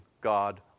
God